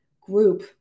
group